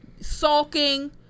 Sulking